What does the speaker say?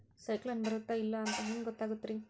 ಸೈಕ್ಲೋನ ಬರುತ್ತ ಇಲ್ಲೋ ಅಂತ ಹೆಂಗ್ ಗೊತ್ತಾಗುತ್ತ ರೇ?